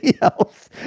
else